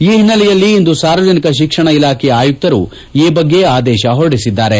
ಈ ಹಿನ್ನೆಲೆಯಲ್ಲಿ ಇಂದು ಸಾರ್ವಜನಿಕ ಶಿಕ್ಷಣ ಇಲಾಖೆಯ ಆಯುಕ್ತರು ಈ ಬಗ್ಗೆ ಆದೇಶ ಹೊರಡಿಸಿದ್ದಾರೆ